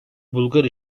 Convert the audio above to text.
bulgar